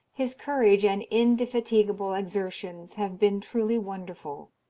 his courage, and indefatigable exertions, have been truly wonderful.